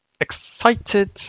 excited